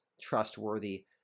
trustworthy